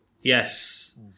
yes